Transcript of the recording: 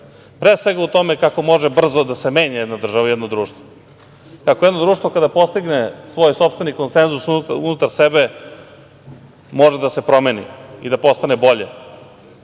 pre svega u tome kako može brzo da se menja jedna država, jedno društvo, kako jedno društvo kada postigne svoj sopstveni konsenzus unutar sebe može da se promeni i da postane bolje